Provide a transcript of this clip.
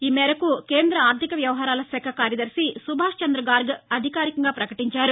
ఈ మేరకు కేంద్ర ఆర్టిక వ్యవహారాల శాఖ కార్యదర్భి సుభాష్ చంద్ర గార్గ్ అధికారికంగా పకటించారు